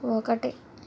ఒకటి